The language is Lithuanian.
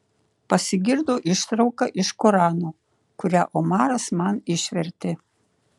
pasigirdo ištrauka iš korano kurią omaras man išvertė